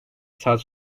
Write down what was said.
saat